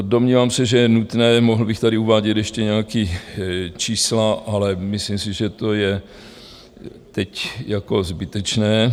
Domnívám se, že je nutné, mohl bych tady uvádět ještě nějaká čísla, ale myslím si, že to je teď zbytečné.